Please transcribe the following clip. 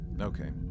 Okay